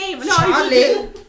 Charlie